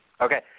Okay